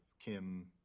Kim-